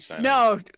No